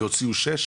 והוציאו שישה?